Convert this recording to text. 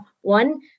one